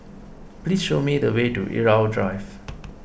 please show me the way to Irau Drive